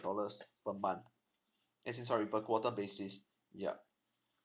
dollars per month uh sorry per quarter basis yup